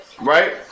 right